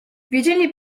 wiedzieli